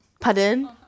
Pardon